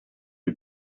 die